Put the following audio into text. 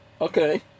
Okay